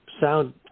Sound